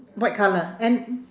white colour and